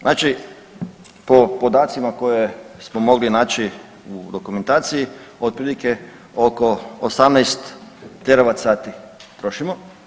Znači po podacima koje smo mogli naći u dokumentaciji otprilike oko 18 Teravat sati trošimo.